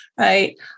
Right